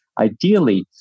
ideally